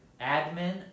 admin